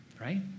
right